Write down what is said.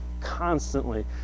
constantly